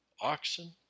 Oxen